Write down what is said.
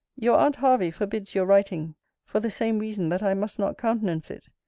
your aunt hervey forbids your writing for the same reason that i must not countenance it.